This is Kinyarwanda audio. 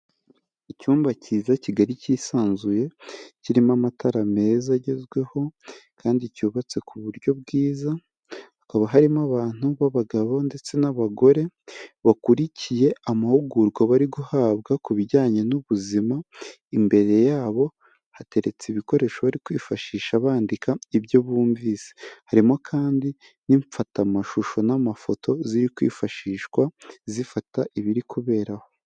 Icyumba cyiza Kigali cyisanzuye, kirimo amatara meza agezweho kandi cyubatse ku buryo bwiza, hakaba harimo abantu b'abagabo ndetse n'abagore, bakurikiye amahugurwa bari guhabwa ku bijyanye n'ubuzima, imbere yabo hateretse ibikoresho bari kwifashisha bandika ibyo bumvise. Harimo kandi n'imfatamashusho n'amafoto ziri kwifashishwa, zifata ibiri kubera aho.